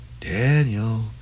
daniel